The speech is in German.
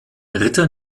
ritter